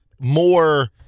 more